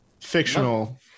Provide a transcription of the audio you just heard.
fictional